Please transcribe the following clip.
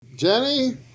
Jenny